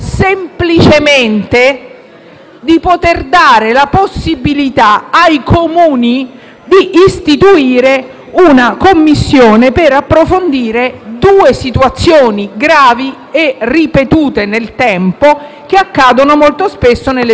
di poter dare la possibilità ai Comuni di istituire una commissione per approfondire due situazioni gravi e ripetute nel tempo, che accadono molto spesso nelle piccole isole, legate